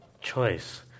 choice